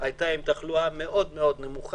סבלה מאחוזי תחלואה נמוכים.